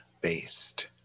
based